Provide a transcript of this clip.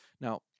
Now